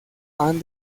han